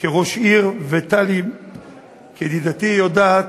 כראש עיר, וטלי ידידתי יודעת,